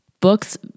books